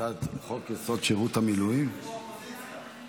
חוק-יסוד: שירות המילואים